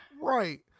Right